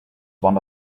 one